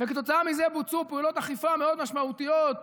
וכתוצאה מזה בוצעו פעולות אכיפה מאוד משמעותיות.